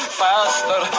faster